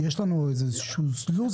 יש לנו איזה לוח